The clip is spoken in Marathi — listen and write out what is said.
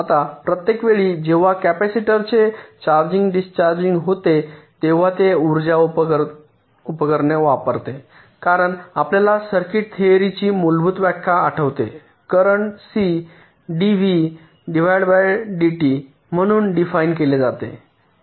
आता प्रत्येक वेळी जेव्हा कॅपेसिटरचे चार्जिंग डिस्चार्ज होते तेव्हा ते उर्जा वापरते कारण आपल्याला सर्किट थेअरी ची मूलभूत व्याख्या आठवते करंट सी डीव्ही डीटी म्हणून डिफाईन केले जाते